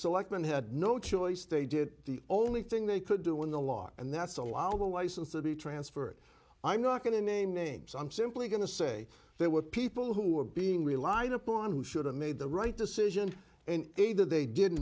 selectmen had no choice they did the only thing they could do in the law and that's allowed a license to be transferred i'm not going to name names i'm simply going to say there were people who were being relied upon who should have made the right decision and either they didn't